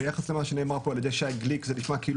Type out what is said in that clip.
ביחס למה שנאמר פה על ידי שי גליק זה נשמע כאילו